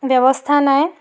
ব্যৱস্থা নাই